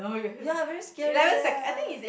ya very scary leh